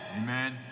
Amen